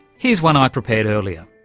here's one i prepared earlier.